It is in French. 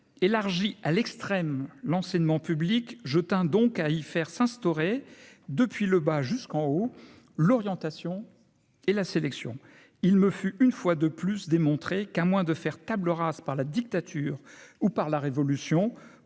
élargi à l'extrême l'enseignement public je donc à y faire s'instaurer depuis le bas jusqu'en haut, l'orientation et la sélection, il me fut une fois de plus démontré qu'à moins de faire table rase par la dictature ou par la révolution,